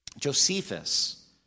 Josephus